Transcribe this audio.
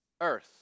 earth